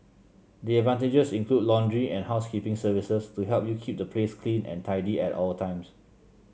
the advantages include laundry and housekeeping services to help you keep the place clean and tidy at all times